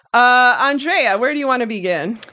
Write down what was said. ah andrea, where do you want to begin?